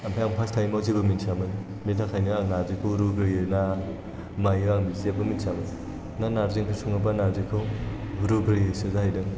ओमफ्राय आं फार्स्ट टाइमाव जेबो मिन्थियामोन बेनि थाखायनो आं नारजिखौ रुग्रोयो ना मायो आं जेबो मिन्थियामोन ना नारजि ओंख्रि सङोबा नारजिखौ रुग्रोयोसो जाहैदों